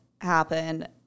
happen